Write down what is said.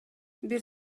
бир